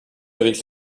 avec